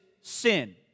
sin